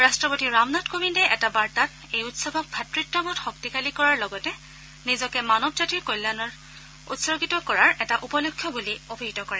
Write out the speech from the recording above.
ৰাট্টপতি ৰামনাথ কোৱিন্দে এটা বাৰ্তাত এই উৎসৱক ভাতত্ববোধ শক্তিশালী কৰাৰ লগতে নিজকে মানৱ জাতিৰ কল্যাণৰ উৎসৰ্গিত কৰাৰ এটা উপলক্ষ্য বুলি অভিহিত কৰে